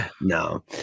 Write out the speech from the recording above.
No